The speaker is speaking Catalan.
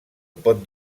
pot